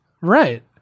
Right